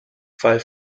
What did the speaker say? fall